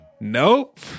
Nope